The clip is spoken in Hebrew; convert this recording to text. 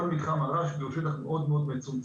כל מתחם הרשב"י הוא שטח מאוד מצומצם,